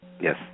Yes